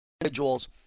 individuals